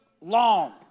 long